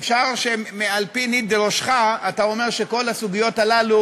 אפשר שעל-פי ניד ראשך אתה אומר שכל הסוגיות הללו